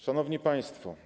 Szanowni Państwo!